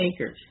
acres